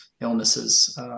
illnesses